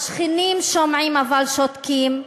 השכנים שומעים אבל שותקים,